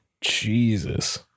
Jesus